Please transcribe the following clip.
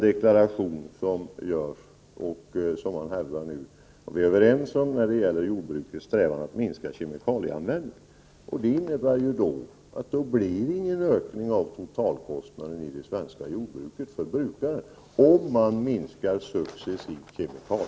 Vi är överens när det gäller jordbrukets strävan att minska kemikalieanvändningen. Det innebär att om man successivt minskar kemikalieanvändningen blir det inte någon ökning av totalkostnaden för brukaren i det svenska jordbruket.